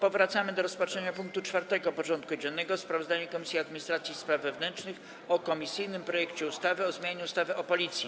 Powracamy do rozpatrzenia punktu 4. porządku dziennego: Sprawozdanie Komisji Administracji i Spraw Wewnętrznych o komisyjnym projekcie ustawy o zmianie ustawy o Policji.